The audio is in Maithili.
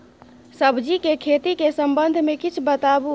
सब्जी के खेती के संबंध मे किछ बताबू?